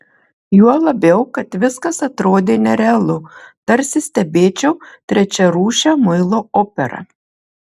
juo labiau kad viskas atrodė nerealu tarsi stebėčiau trečiarūšę muilo operą